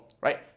right